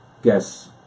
Guess